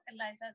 Eliza